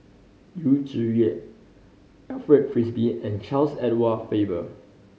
Yu Zhuye Alfred Frisby and Charles Edward Faber